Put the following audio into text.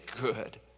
good